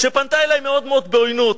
שפנתה אלי מאוד מאוד בעוינות.